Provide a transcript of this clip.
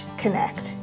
connect